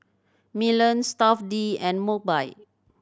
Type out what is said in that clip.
Milan Stuff'd and Mobike